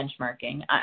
benchmarking